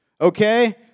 okay